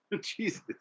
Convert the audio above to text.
Jesus